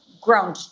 grown